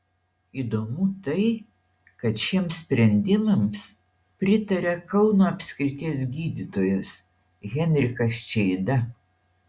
įdomu tai kad šiems sprendimams pritaria kauno apskrities gydytojas henrikas čeida